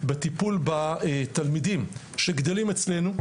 בטיפול בתלמידים שגדלים אצלנו,